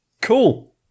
Cool